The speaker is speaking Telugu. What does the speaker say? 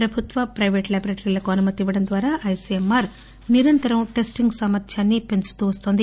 ప్రభుత్వ పైవేట్ లేబొరేటరీలకు అనుమతి ఇవ్వడం ద్వారా ఐసీఎంఆర్ నిరంతరం టెస్టింగ్ సామర్థ్యాన్ని పెంచుతూ వన్తోంది